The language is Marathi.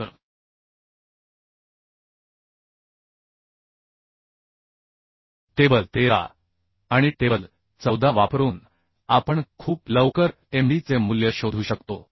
तर टेबल 13 आणि टेबल 14 वापरून आपण खूप लवकर md चे मूल्य शोधू शकतो